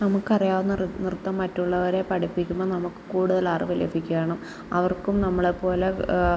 നമക്കറിയാവുന്ന നൃ നൃത്തം മറ്റുള്ളവരെ പഠിപ്പിക്കുമ്പം നമുക്ക് കൂടുതലറിവ് ലഭിക്കുകയാണ് അവർക്കും നമ്മളെ പോലെ